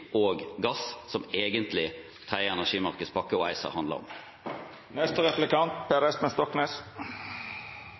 for gass – som egentlig er det tredje energimarkedspakke og ACER handler om.